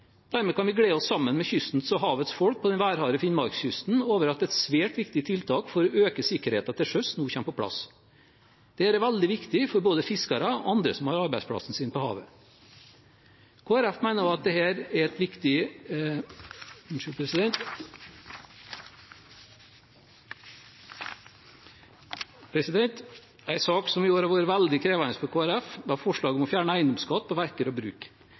Dermed kan vi glede oss sammen med kystens og havets folk på den værharde Finnmarkskysten over at et svært viktig tiltak for å øke sikkerheten til sjøs nå kommer på plass. Dette er veldig viktig for både fiskere og andre som har arbeidsplassen sin på havet. En sak som i år har vært veldig krevende for Kristelig Folkeparti, var forslaget om å fjerne eiendomsskatt på verk og bruk.